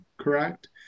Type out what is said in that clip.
correct